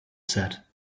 set